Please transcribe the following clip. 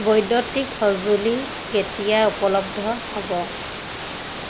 বৈদ্যুতিক সঁজুলি কেতিয়া উপলব্ধ হ'ব